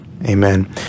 Amen